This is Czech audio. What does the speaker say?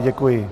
Děkuji.